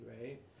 right